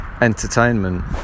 entertainment